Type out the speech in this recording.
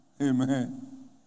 Amen